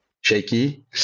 shaky